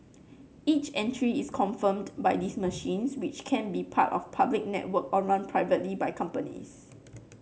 each entry is confirmed by these machines which can be part of public network or run privately by companies